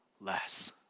less